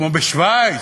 כמו בשווייץ,